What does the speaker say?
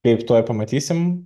kaip tuoj pamatysim